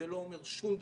זה לא אומר שום דבר.